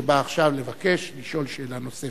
שבא עכשיו לבקש לשאול שאלה נוספת.